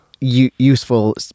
useful